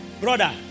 brother